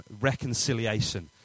Reconciliation